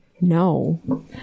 no